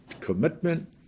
commitment